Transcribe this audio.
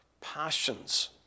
passions